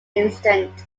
instinct